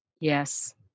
Yes